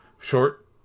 Short